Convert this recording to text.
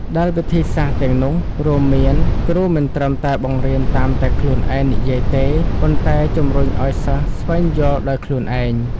ដែលវិធីសាស្រ្តទាំងនោះរួមមានគ្រូមិនត្រឹមតែបង្រៀនតាមតែខ្លួនឯងនិយាយទេ ប៉ុន្តែជំរុញឲ្យសិស្សស្វែងយល់ដោយខ្លួនឯង។